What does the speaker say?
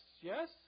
yes